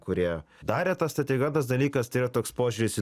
kurie darė tą strategiją o antras dalykas tai yra toks požiūris į